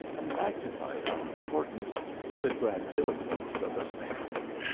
and magnified our importance with the grandiloquence of a spaniard.